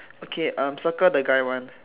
okay um circle the guy one